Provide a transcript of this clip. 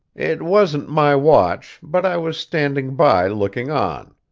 it wasn't my watch, but i was standing by looking on.